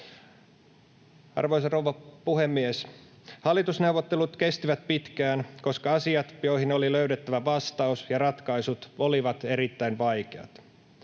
Arvoisa rouva puhemies! Hallitusneuvottelut kestivät pitkään, koska asiat, joihin oli löydettävä vastaus ja ratkaisut, olivat erittäin vaikeita.